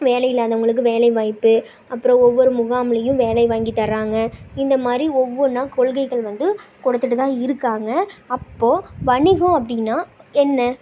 வேலை இல்லாதவங்களுக்கு வேலைவாய்ப்பு அப்புறம் ஒவ்வொரு முகாம்லயும் வேலை வாங்கித் தர்றாங்க இந்தமாதிரி ஒவ்வொன்னாக கொள்கைகள் வந்து கொடுத்துகிட்டுதான் இருக்காங்க அப்போ வணிகம் அப்படின்னா என்ன